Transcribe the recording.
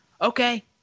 Okay